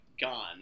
gone